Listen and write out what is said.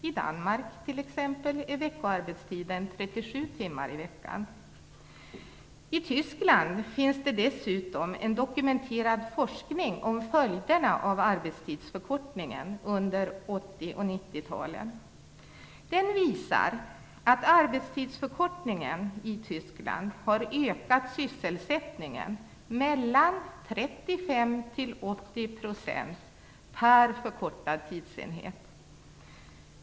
I Danmark, t.ex., är veckoarbetstiden 37 I Tyskland finns det dessutom en dokumenterad forskning om följderna av arbetstidsförkortningen under 80 och 90-talet. Den visar att arbetstidsförkortningen i Tyskland har ökat sysselsättningen med mellan 35 och 80 % per förkortad tidsenhet.